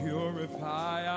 Purify